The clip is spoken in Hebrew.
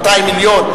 200 מיליון,